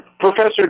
Professor